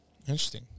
Interesting